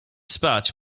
spać